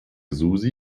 susi